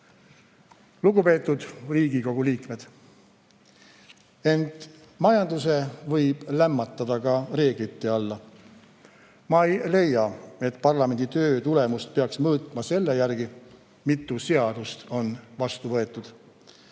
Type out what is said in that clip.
Lugupeetud Riigikogu liikmed! Ent majanduse võib lämmatada ka reeglite alla. Ma ei leia, et parlamendi töö tulemust peaks mõõtma selle järgi, mitu seadust on vastu võetud.